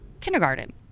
kindergarten